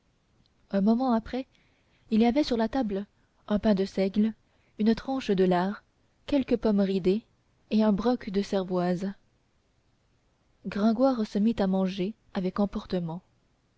un moment après il y avait sur la table un pain de seigle une tranche de lard quelques pommes ridées et un broc de cervoise gringoire se mit à manger avec emportement